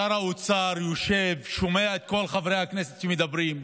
שר האוצר יושב, שומע את כל חברי הכנסת שמדברים.